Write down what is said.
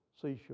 seashore